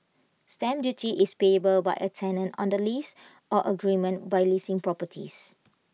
stamp duty is payable by A tenant on the lease or agreement by leasing properties